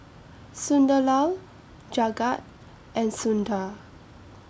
Sunderlal Jagat and Sundar